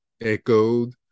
echoed